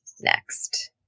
next